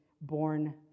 born